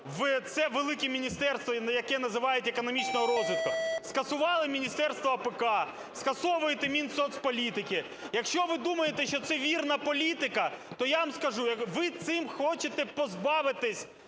це велике Міністерство, яке називають економічного розвитку. Скасували Міністерство АПК, скасовуєте Мінсоцполітики. Якщо ви думаєте, що це вірна політика, то я вам скажу, ви цим хочете позбавитись